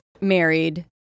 married